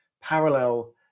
parallel